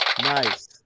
Nice